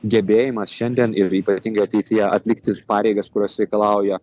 gebėjimas šiandien ir ypatingai ateityje atlikti pareigas kurios reikalauja